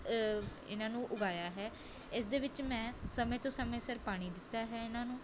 ਇਹਨਾਂ ਨੂੰ ਉਗਾਇਆ ਹੈ ਇਸ ਦੇ ਵਿੱਚ ਮੈਂ ਸਮੇਂ ਤੋਂ ਸਮੇਂ ਸਿਰ ਪਾਣੀ ਦਿੱਤਾ ਹੈ ਇਹਨਾਂ ਨੂੰ